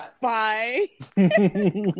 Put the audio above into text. Bye